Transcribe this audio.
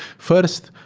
first,